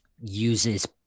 uses